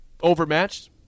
overmatched